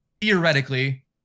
theoretically